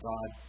God